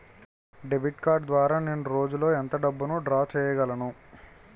Debit card ద్వారా నేను రోజు లో ఎంత డబ్బును డ్రా చేయగలను?